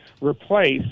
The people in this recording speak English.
replace